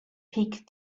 peak